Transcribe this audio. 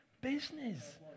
business